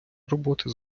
роботи